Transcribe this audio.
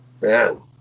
Man